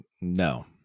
No